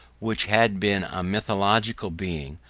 which had been a mythological being,